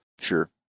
Sure